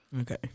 Okay